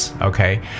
Okay